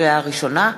לקריאה ראשונה.